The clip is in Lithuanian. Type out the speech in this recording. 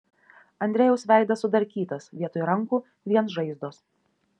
andrejaus veidas sudarkytas vietoj rankų vien žaizdos